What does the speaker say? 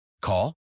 Call